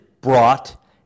brought